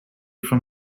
from